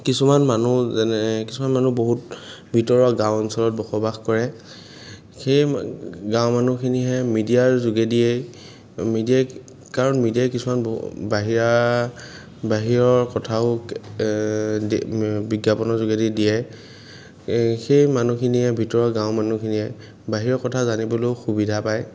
কিছুমান মানুহ যেনে কিছুমান মানুহ বহুত ভিতৰুৱা গাঁও অঞ্চলত বসবাস কৰে সেই গাঁও মানুহখিনিহে মিডিয়াৰ যোগেদিয়ে মিডিয়াই কাৰণ মিডিয়াই কিছুমান বাহিৰা বাহিৰৰ কথাও বিজ্ঞাপনৰ যোগেদি দিয়ে সেই মানুহখিনিয়ে ভিতৰুৱা গাঁও মানুহখিনিয়ে বাহিৰৰ কথা জানিবলৈয়ো সুবিধা পায়